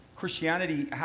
Christianity